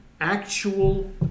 actual